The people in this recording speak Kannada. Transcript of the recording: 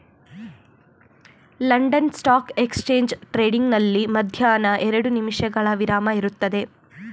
ಲಂಡನ್ ಸ್ಟಾಕ್ ಎಕ್ಸ್ಚೇಂಜ್ ಟ್ರೇಡಿಂಗ್ ನಲ್ಲಿ ಮಧ್ಯಾಹ್ನ ಎರಡು ನಿಮಿಷಗಳ ವಿರಾಮ ಇರುತ್ತದೆ